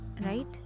right